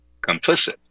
complicit